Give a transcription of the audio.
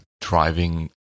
driving